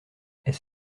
est